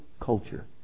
culture